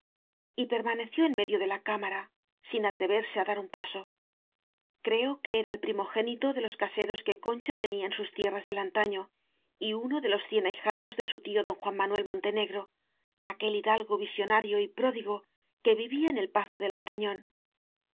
permaneció en medio de la cámara sin atreverse á dar un paso creo que era el primogénito de los caseros que concha tenía en sus tierras de lantano y uno de los cien ahijados de su tío don juan manuel monte negro aquel hidalgo visionario y pródigo que vivía en el pazo de lantañón